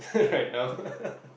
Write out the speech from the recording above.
right now